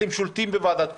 אתם שולטים בוועדת קורונה.